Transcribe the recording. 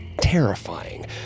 terrifying